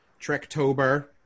Trektober